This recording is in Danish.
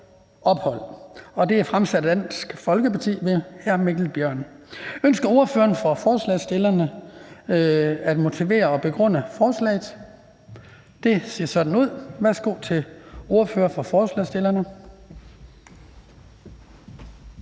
Den fg. formand (Hans Kristian Skibby): Ønsker ordføreren for forslagsstillerne at motivere og begrunde forslaget? Det ser sådan ud. Værsgo til ordføreren for forslagsstillerne.